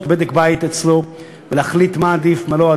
בדק בית אצלו ולהחליט מה בעדיפות ומה לא,